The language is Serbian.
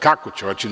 Kako